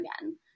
again